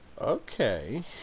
okay